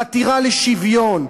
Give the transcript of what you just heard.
חתירה לשוויון,